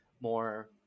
More